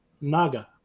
Naga